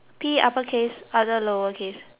other lower case